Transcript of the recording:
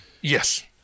Yes